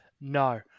No